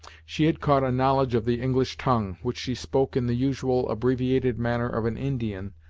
she had caught a knowledge of the english tongue, which she spoke in the usual, abbreviated manner of an indian,